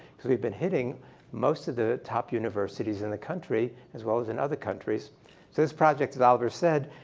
because we've been hitting most of the top universities in the country as well as in other countries. so this project, as oliver said,